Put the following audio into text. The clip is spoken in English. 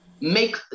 make